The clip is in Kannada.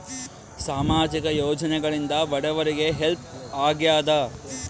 ಸಾಮಾಜಿಕ ಯೋಜನೆಗಳಿಂದ ಬಡವರಿಗೆ ಹೆಲ್ಪ್ ಆಗ್ಯಾದ?